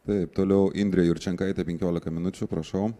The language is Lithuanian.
taip toliau indrė jurčenkaitė penkiolika minučių prašau